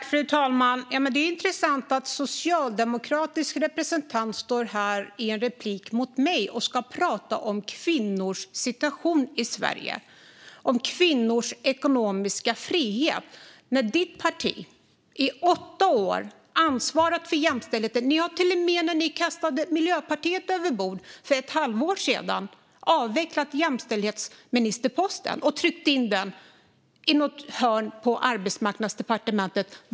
Fru talman! Det är intressant att en socialdemokratisk representant står här och i en replik mot mig pratar om kvinnors situation i Sverige och om kvinnors ekonomiska frihet. Ditt parti, Sultan Kayhan, har i åtta år ansvarat för jämställdheten. Ni har till och med, efter att ni kastade Miljöpartiet över bord för ett halvår sedan, avvecklat jämställdhetsministerposten och tryckt in den i något hörn på Arbetsmarknadsdepartementet.